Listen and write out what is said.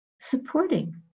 supporting